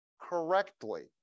correctly